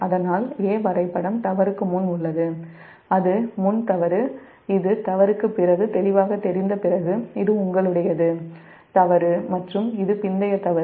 அதனால்'A' வரைபடம் தவறுக்கு முன் உள்ளது அது முன் தவறு இது தவறுக்குப் பிறகு தெளிவாகத் தெரிந்த பிறகு இது உங்களுடையது தவறு மற்றும் இது பிந்தைய தவறு